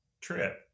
trip